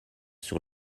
sur